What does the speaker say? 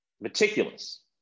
meticulous